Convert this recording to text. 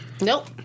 nope